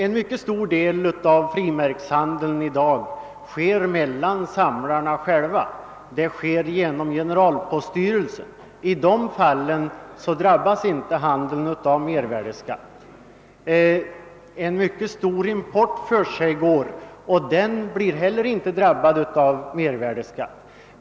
En mycket stor del av frimärkshandeln i dag sker mellan samlarna själva och genom generalpoststyrelsen. I de fåallen drabbas handeln inte av mervärdeskatt. Vidare äger en myc ket stor import rum, och den drabbas inte heller av mervärdeskatt.